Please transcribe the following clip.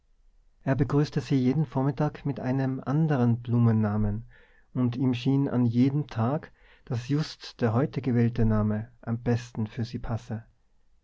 er begrüßte sie jeden vormittag mit einem anderen blumennamen und ihm schien an jedem tag daß just der heute gewählte name am besten für sie passe